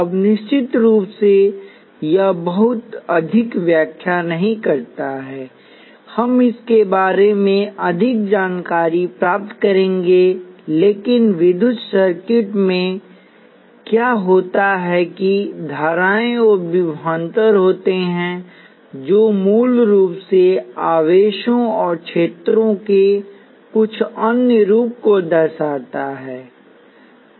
अब निश्चित रूप से यह बहुत अधिक व्याख्या नहीं करता है हम इसके बारे में अधिक जानकारी प्राप्त करेंगे लेकिन विद्युत सर्किट में क्या होता है कि धाराएं और विभवांतरहोते हैं जो मूल रूप से आवेशों और क्षेत्रों के कुछ अन्य रूप को दर्शाता है